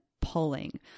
pulling